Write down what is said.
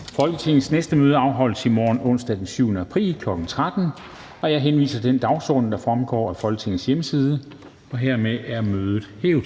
Folketingets næste møde afholdes i morgen, onsdag den 7. april 2021, kl. 13.00. Jeg henviser til den dagsorden, der fremgår af Folketingets hjemmeside. Mødet er hævet.